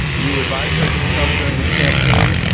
you advised president trump during his campaign.